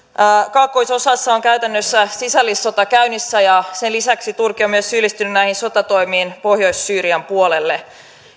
kaakkoisosassa on käytännössä sisällissota käynnissä ja sen lisäksi turkki on myös syyllistynyt näihin sotatoimiin pohjois syyrian puolelle